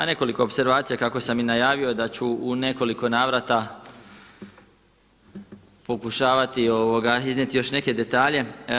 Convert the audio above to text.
Nekoliko opservacija kako sam i najavio da ću u nekoliko navrata pokušavati iznijeti još neke detalje.